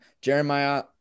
Jeremiah